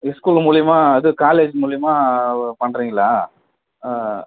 school மூலிமா இது college மூலிமா பண்ணுறீங்களா